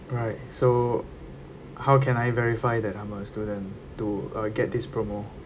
right so how can I verify that I'm a student to uh get this promo